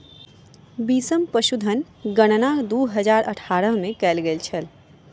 बीसम पशुधन गणना दू हजार अठारह में कएल गेल छल